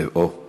מוותר